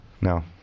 No